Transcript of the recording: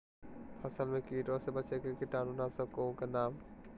फसल में कीटों से बचे के कीटाणु नाशक ओं का नाम?